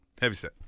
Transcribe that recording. Heavyset